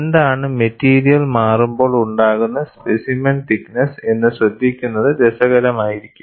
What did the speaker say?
എന്താണ് മെറ്റീരിയൽ മാറുമ്പോൾ ഉണ്ടാകുന്ന സ്പെസിമെൻ തിക്നെസ്സ് എന്ന് ശ്രദ്ധിക്കുന്നത് രസകരമായിരിക്കും